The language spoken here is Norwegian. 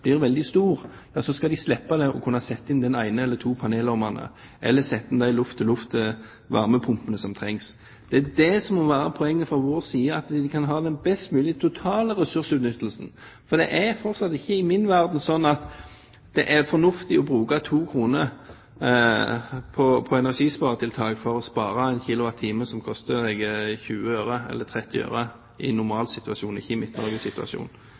blir veldig store, så skal de slippe det og heller kunne sette inn en eller to panelovner, eller sette inn de luft-til-luft-varmepumpene som trengs. Det er det som må være poenget fra vår side, at vi kan ha den best mulige totale ressursutnyttelsen, for i min verden er det fortsatt ikke sånn at det er fornuftig å bruke to kroner på energisparetiltak for å spare en kilowattime som koster deg 20 eller 30 øre – i en normalsituasjon, ikke i